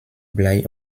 blei